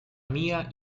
amiga